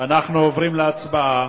אנחנו עוברים להצבעה,